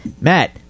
Matt